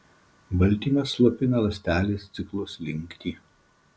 baltymas slopina ląstelės ciklo slinktį